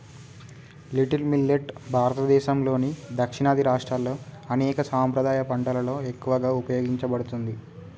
little millet భారతదేసంలోని దక్షిణాది రాష్ట్రాల్లో అనేక సాంప్రదాయ పంటలలో ఎక్కువగా ఉపయోగించబడుతుంది